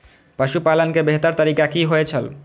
पशुपालन के बेहतर तरीका की होय छल?